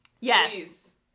yes